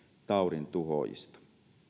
taudintuhoojista